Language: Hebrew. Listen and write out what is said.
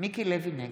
אני מודה לך, טיבי.